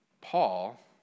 Paul